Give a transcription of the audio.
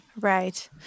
Right